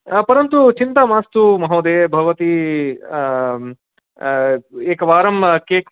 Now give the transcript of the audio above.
परन्तु चिन्ता मास्तु महोदये भवती एकवारं के